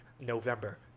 November